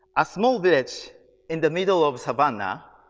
a small village in the middle of savannah,